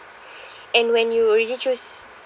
and when you already choose